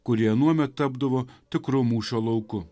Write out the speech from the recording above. kurie anuomet tapdavo tikru mūšio lauku